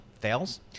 fails